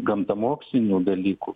gamtamokslinių dalykų